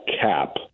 cap